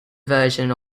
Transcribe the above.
version